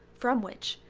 from which,